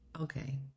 Okay